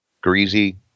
greasy